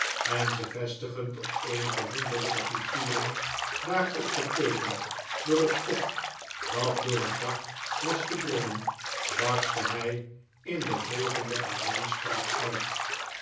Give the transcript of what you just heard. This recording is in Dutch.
en ze vestigend op eenige wonderlijke figuren daarop geteekend door het vocht dat door het dak was gedrongen barstte hij in de volgende alleenspraak uit